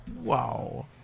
Wow